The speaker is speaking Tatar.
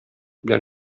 белән